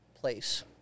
place